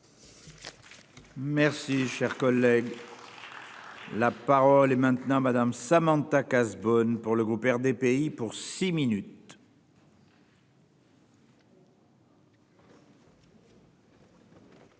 Merci cher collègue. Là. La parole est maintenant Madame Samantha Cazebonne pour le groupe RDPI pour six minutes.